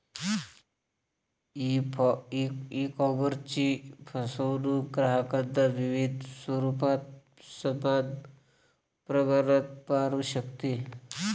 ईकॉमर्सची फसवणूक ग्राहकांना विविध स्वरूपात समान प्रमाणात मारू शकते